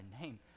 name